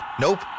Nope